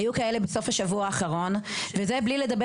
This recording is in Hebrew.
היו כאלה בסוף השבוע האחרון וזה מבלי לדבר